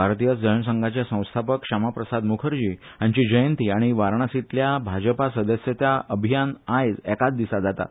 भारतीय जनसंघाचे संस्थापक श्यामा प्रसाद मुखर्जी हांची जयंती आनी वाराणसींतल्यान भाजपा सदस्यता अभियान आज एकाच दिसा जाता